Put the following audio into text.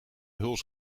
huls